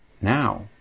Now